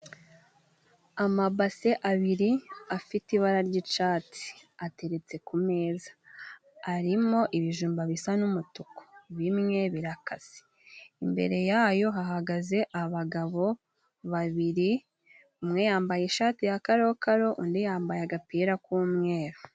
Amabase abiri afite ibara ry'icatsi, ateretse ku meza, arimo ibijumba bisa n'umutuku, bimwe birakase. Imbere yayo hahagaze abagabo babiri, umwe yambaye ishati ya calokalo, undi yambaye agapira k'umweru.